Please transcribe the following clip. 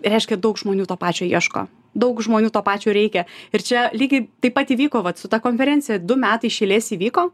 reiškia daug žmonių to pačio ieško daug žmonių to pačio reikia ir čia lygiai taip pat įvyko vat su ta konferencija du metai iš eilės įvyko